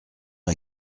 est